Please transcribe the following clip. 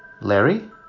larry